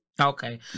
Okay